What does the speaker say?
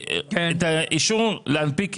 להם את האישור להנפיק,